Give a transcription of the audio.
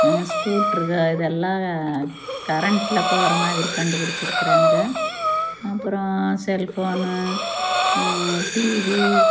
ஸ்கூட்ருகள் இதெல்லாம் கரெண்ட்டில் போகிற மாதிரி கண்டுபிடிச்சிருக்குறாங்க அப்புறம் செல் ஃபோனு டிவி